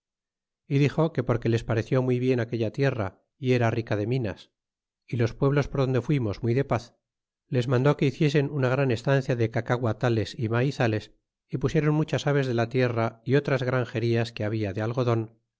y dixo que porque les pareció muy bien aquella tierra y era rica de minas y los pueblos por donde fuimos muy de paz les mandó que hiciesen una gran estancia de cacaguatales y maizales y pusiesen muchas aves de la tierra y otras grangerias que habla de algodon